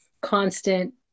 constant